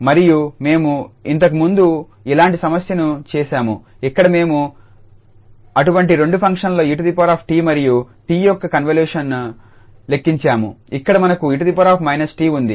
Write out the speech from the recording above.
మరియు మేము ఇంతకు ముందు ఇలాంటి సమస్యను చేసాము ఇక్కడ మేము అటువంటి రెండు ఫంక్షన్ల 𝑒𝑡 మరియు 𝑡 యొక్క కన్వల్యూషన్ను లెక్కించాము ఇక్కడ మనకు 𝑒−𝑡 ఉంది